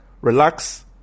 relax